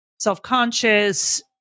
self-conscious